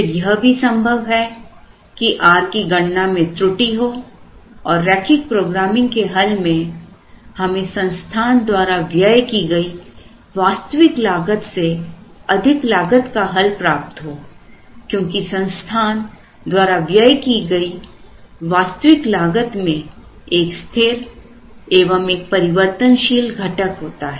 फिर यह भी संभव है कि r की गणना में त्रुटि हो और रैखिक प्रोग्रामिंग के हल में हमें संस्थान द्वारा व्यय की गई वास्तविक लागत से अधिक लागत का हल प्राप्त हो क्योंकि संस्थान द्वारा व्यय की गई वास्तविक लागत में एक स्थिर एवं एक परिवर्तनशील घटक होता है